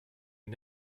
est